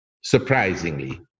surprisingly